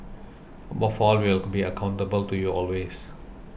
above all we will be accountable to you always